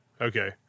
Okay